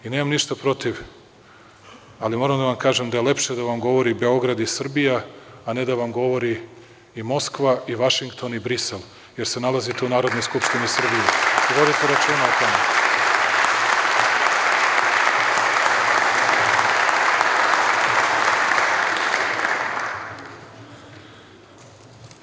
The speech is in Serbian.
Nemam ništa protiv, ali moram da vam kažem da je lepše da vam govori Beograd i Srbija, a ne da vam govori i Moskva i Vašington i Brisel, jer se nalazite u Narodnoj skupštini Srbije i vodite računa o tome.